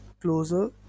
closer